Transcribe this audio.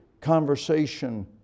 conversation